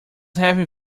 having